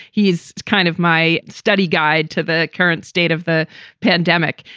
he is kind of my study guide to the current state of the pandemic.